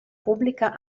pubblica